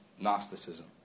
Gnosticism